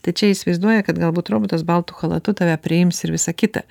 tai čia įsivaizduoja kad galbūt robotas baltu chalatu tave priims ir visa kita